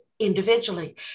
individually